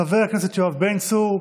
חבר הכנסת יואב בן צור,